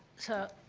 so,